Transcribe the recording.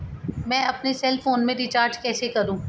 मैं अपने cell phone में रिचार्ज कैसे करूँ?